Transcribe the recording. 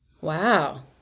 Wow